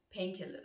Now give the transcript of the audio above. painkillers